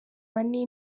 money